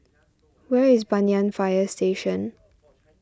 where is Banyan Fire Station